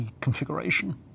configuration